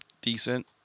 decent